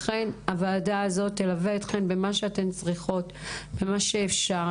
לכן הוועד הזו תלווה אותכן במה שאתם צריכות ובמה שאפשר.